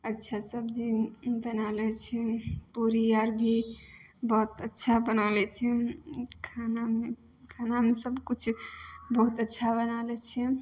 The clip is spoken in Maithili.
अच्छा सब्जी बना लै छी पूड़ी आर भी बहुत अच्छा बना लै छिए खानामे खानामे सबकिछु बहुत अच्छा बना लै छिए